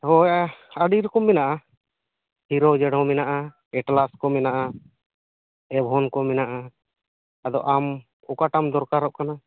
ᱦᱳᱭ ᱟᱹᱰᱤ ᱨᱚᱠᱚᱢ ᱢᱮᱱᱟᱜᱼᱟ ᱦᱤᱨᱳ ᱡᱮᱴ ᱦᱚᱸ ᱢᱮᱱᱟᱜᱼᱟ ᱮᱴᱞᱟᱥ ᱠᱚ ᱢᱮᱱᱟᱜᱼᱟ ᱮᱵᱷᱚᱱ ᱠᱚ ᱢᱮᱱᱟᱜᱼᱟ ᱟᱫᱚ ᱟᱢ ᱚᱠᱟᱴᱟᱜ ᱮᱢ ᱫᱚᱨᱠᱟᱨᱚᱜ ᱠᱟᱱᱟ